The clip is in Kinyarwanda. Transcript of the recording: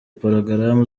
porogaramu